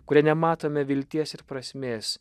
kurie nematome vilties ir prasmės